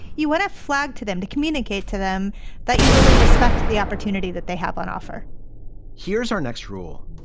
you want a flag to them to communicate to them that you really respect the opportunity that they have on offer here's our next rule.